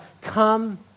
come